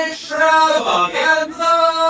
Extravaganza